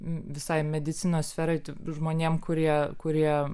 visai medicinos sferai žmonėms kurie kurie